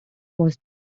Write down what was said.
was